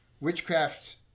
Witchcraft